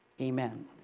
Amen